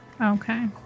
okay